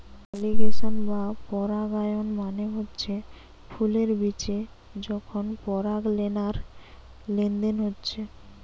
pollination বা পরাগায়ন মানে হচ্ছে ফুলের বিচে যখন পরাগলেনার লেনদেন হচ্ছে